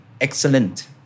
excellent